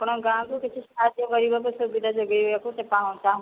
ଆପଣଙ୍କ ଗାଁ କୁ କିଛି ସାହାଯ୍ୟ କରିବାକୁ ସୁବିଧା ଯୋଗାଇବାକୁ ଚାହୁଁଥିଲି